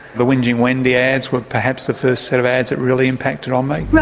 the whingeing wendy ads were perhaps the first set of ads that really impacted on me.